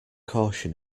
caution